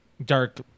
Dark